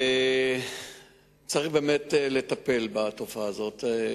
וצריך באמת לטפל בתופעה הזאת.